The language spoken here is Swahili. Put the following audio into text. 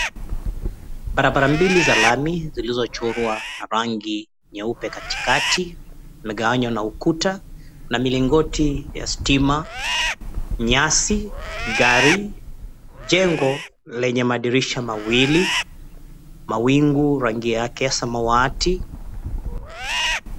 Barabara mbili za lami zilizichorwa na rangi nyeupe, katikati imegawanywa na ukuta na milingoti ya stima, nyasi, gari jengo lenye madirisha mawili, mawingu rangi yake ya samawati.